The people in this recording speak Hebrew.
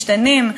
משתנים,